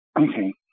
Okay